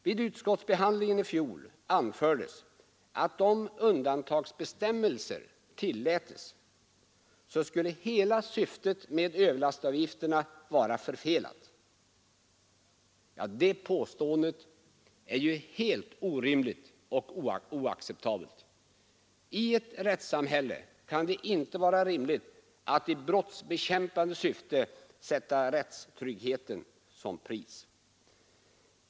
Vid utskottsbehandlingen i fjol anfördes att om undantagsbestämmelser tillätes skulle hela syftet med överlastavgifterna vara förfelat. Det påståendet är helt orimligt och oacceptabelt. I ett rättssamhälle kan det inte vara rimligt att i brottsbekämpande syfte sätta rättstryggheten som pris.